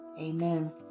Amen